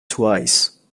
twice